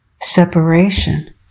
separation